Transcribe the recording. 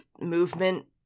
movement